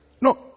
No